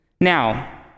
Now